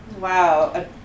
Wow